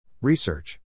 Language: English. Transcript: Research